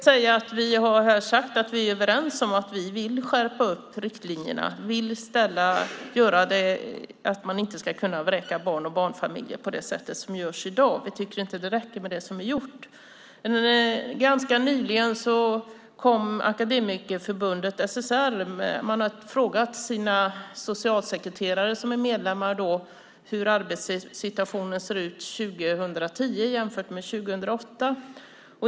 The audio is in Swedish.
Herr talman! Vi har här sagt att vi är överens om att vi vill skärpa riktlinjerna så att man inte ska kunna vräka barn och barnfamiljer på det sätt som sker i dag. Vi tycker inte att det räcker med det som är gjort. Akademikerförbundet, SSR, frågade ganska nyligen sina socialsekreterare som är medlemmar hur arbetssituationen ser ut 2010 jämfört med 2008.